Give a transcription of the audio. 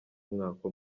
umwaka